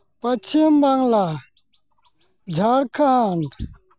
Paschim Bangla Jharkhand